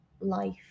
life